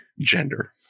gender